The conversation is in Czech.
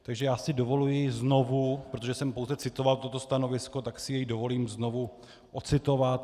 Takže já si dovoluji znovu, protože jsem pouze citoval toto stanovisko, tak si je dovolím znovu ocitovat.